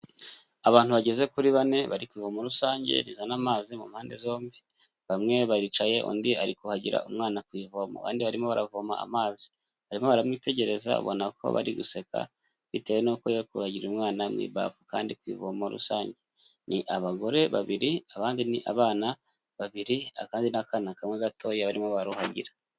Abantu bageze kuri bane bari ku ivomo rusange rizana amazi mu mpande zombi, bamwe baricaye undi ari kuhagira umwana ku ivomo abandi barimo baravoma amazi, barimo baramwitegereza ubona ko bari guseka bitewe n'uko ari kuhagira umwana mu ibafu kandi ku ivomo rusange. Ni abagore babiri, abandi ni abana babiri, akandi ni akana kamwe gatoya barimo baruhagira.